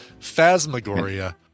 Phasmagoria